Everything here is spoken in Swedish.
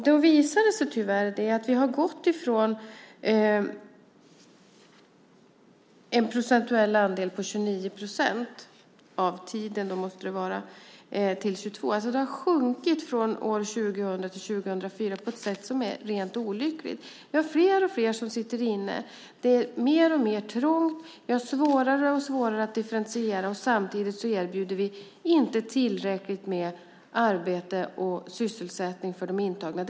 Det visar sig tyvärr att vi har gått ifrån en procentuell andel på 29 procent - av tiden måste det vara - till 22. Det har sjunkit från år 2000 till 2004 på ett sätt som är rent olyckligt. Vi har fler och fler som sitter inne. Det är mer och mer trångt. Vi har svårare och svårare att differentiera. Samtidigt erbjuder vi inte tillräckligt med arbete och sysselsättning för de intagna.